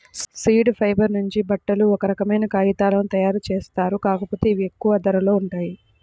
seed fibre నుంచి బట్టలు, ఒక రకమైన కాగితాలను తయ్యారుజేత్తారు, కాకపోతే ఇవి ఎక్కువ ధరలో ఉంటాయి